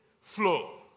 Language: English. flow